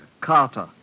Carter